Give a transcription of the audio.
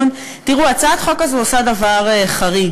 תראו, הצעת החוק הזאת עושה דבר חריג.